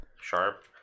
Sharp